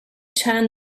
turn